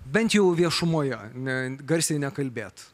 bent jau viešumoje ne garsiai nekalbėti